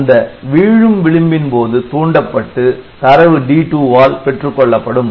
அந்த வீழும் விளிம்பின் போது தூண்டப்பட்டு தரவு D2 வால் பெற்றுக்கொள்ளப்படும்